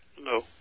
No